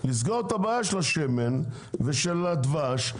לסגור את הבעיה של השמן ושל הדבש,